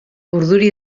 urduri